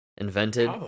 Invented